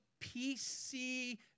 PC